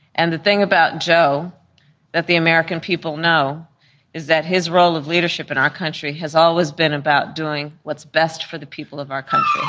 and the thing about joe that the american people know is that his role of leadership in our country has always been about doing what's best for the people of our